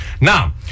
Now